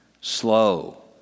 slow